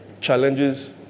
challenges